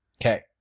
okay